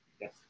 yes